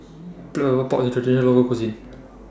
Black Pepper Pork IS A Traditional Local Cuisine